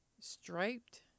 striped